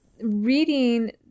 reading